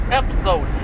episode